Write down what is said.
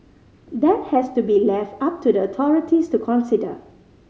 that has to be left up to the authorities to consider